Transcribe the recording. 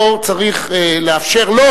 לא צריך לאפשר לו